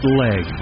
leg